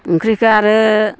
ओंख्रिखौ आरो